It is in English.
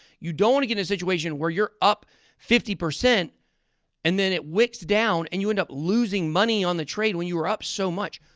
you don't want to get in a situation where you're up fifty, and then it wicks down, and you end up losing money on the trade when you were up so much.